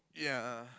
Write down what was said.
ya